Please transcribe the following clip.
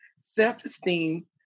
self-esteem